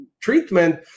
treatment